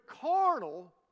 carnal